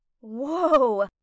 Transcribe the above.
Whoa